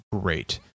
great